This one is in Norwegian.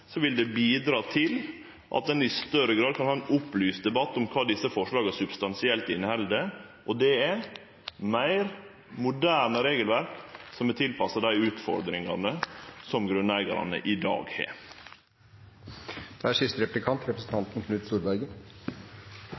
Så svaret er veldig enkelt: Viss Senterpartiet held seg til forslaga i staden for til sine eigne innøvde frasar, vil det bidra til at ein i større grad kan ha ein opplyst debatt om kva desse forslaga substansielt inneheld, og det er: eit meir moderne regelverk, som er tilpassa dei utfordringane som grunneigarane i